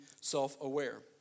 self-aware